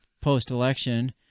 post-election